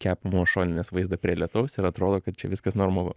kepamos šoninės vaizdą prie lietaus ir atrodo kad čia viskas normalu